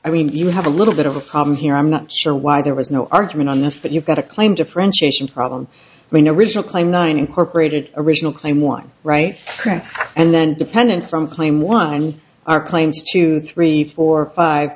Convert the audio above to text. i mean you have a little bit of a problem here i'm not sure why there was no argument on this but you've got a claim differentiation problem when original claim nine incorporated original claim one right and then dependent from claim one are claims two three four five